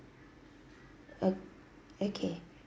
o~ okay